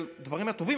של הדברים הטובים,